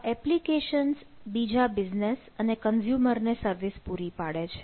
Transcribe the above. આ એપ્લિકેશન્સ બીજા બિઝનેસ અને કન્ઝ્યુમર ને સર્વિસ પૂરી પાડે છે